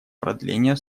продления